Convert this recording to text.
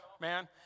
man